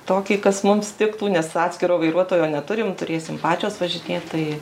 tokį kas mums tiktų nes atskiro vairuotojo neturim turėsim pačios važinėt tai